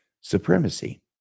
supremacy